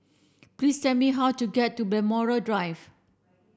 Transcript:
please said me how to get to Blackmore Drive